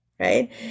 Right